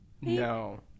no